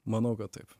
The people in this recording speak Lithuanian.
manau kad taip